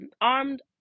armed